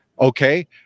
Okay